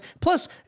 Plus